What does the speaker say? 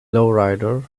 lowrider